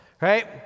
right